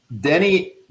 Denny